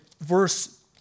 verse